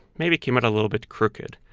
maybe it came out a little bit crooked.